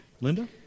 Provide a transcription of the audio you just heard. Linda